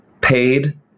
paid